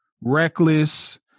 reckless